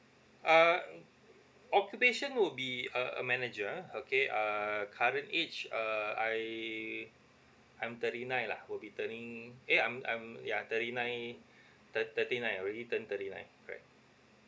uh occupation would be a a manager okay uh current age err I I'm thirty nine lah will be turning eh I'm I'm yeah thirty nine thirt~ thirty nine already turned thirty nine right